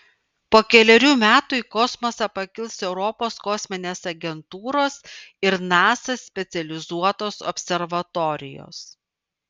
po kelerių metų į kosmosą pakils europos kosminės agentūros ir nasa specializuotos observatorijos